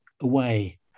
away